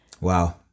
Wow